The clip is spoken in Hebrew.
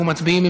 אנחנו מצביעים.